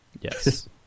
Yes